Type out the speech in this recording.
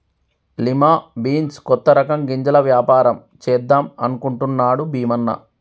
lima beans కొత్త రకం గింజల వ్యాపారం చేద్దాం అనుకుంటున్నాడు భీమన్న